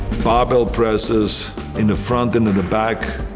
barbell presses in the front and in the back.